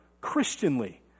Christianly